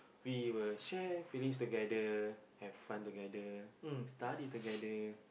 we will share finish together have fun together study together